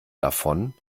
davon